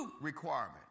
requirement